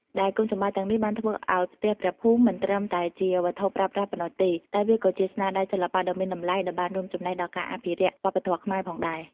ដែលគុណសម្បត្តិទាំងនេះបានធ្វើឱ្យផ្ទះព្រះភូមិមិនត្រឹមតែជាវត្ថុប្រើប្រាស់ប៉ុណ្ណោះទេ តែវាក៏ជាស្នាដៃសិល្បៈដ៏មានតម្លៃដែលបានរួមចំណែកដល់ការអភិរក្សវប្បធម៌ខ្មែរផងដែរ។